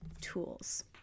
tools